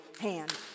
hand